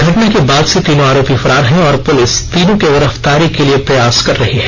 घटना के बाद से तीनों आरोपी फरार हैं और पुलिस तीनों की गिरफ्तारी के लिए प्रयास कर रही है